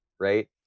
right